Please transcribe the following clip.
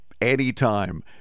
anytime